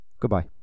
Goodbye